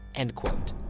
end quote.